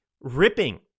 ripping